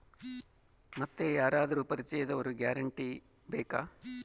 ಮತ್ತೆ ಯಾರಾದರೂ ಪರಿಚಯದವರ ಗ್ಯಾರಂಟಿ ಬೇಕಾ?